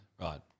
Right